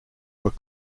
were